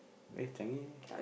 wait Changi